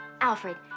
Alfred